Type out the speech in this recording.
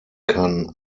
kann